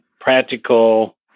practical